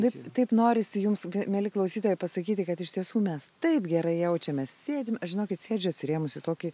taip taip norisi jums mieli klausytojai pasakyti kad iš tiesų mes taip gerai jaučiamės sėdime aš žinokit sėdžiu atsirėmus į tokį